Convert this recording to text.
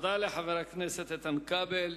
תודה לחבר הכנסת איתן כבל.